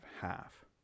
half